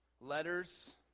letters